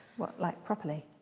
what, like properly?